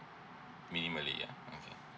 minimally ya okay